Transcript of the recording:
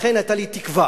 לכן היתה לי תקווה,